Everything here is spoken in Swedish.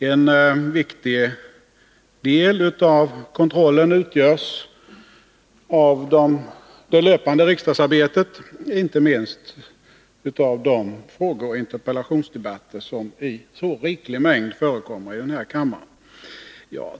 En viktig del av kontrollen utgörs av det fortlöpande riksdagsarbetet, inte minst av de frågeoch interpellationsdebatter som i så riklig mängd förekommer i kammaren.